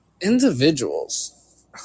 Individuals